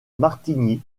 martigny